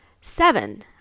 Seven